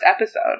episode